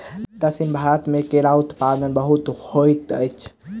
दक्षिण भारत मे केराक उत्पादन बहुत होइत अछि